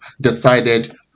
decided